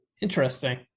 Interesting